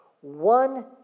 one